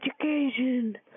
Education